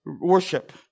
worship